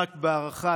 בהערכה,